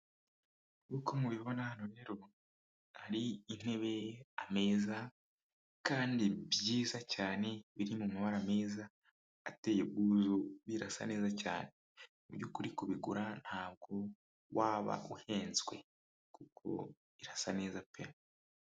Nk'uko mubibona hano rero, hari intebe, ameza, kandi byiza cyane biri mu mabara meza ateye ubwuzu, birasa neza cyane. Mu byukuri kubigura ntabwo waba uhenzwe. Kuko birasa neza pe.